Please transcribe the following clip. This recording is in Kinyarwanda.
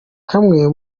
kamwe